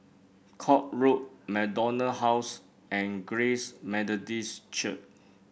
Court Road MacDonald House and Grace Methodist Church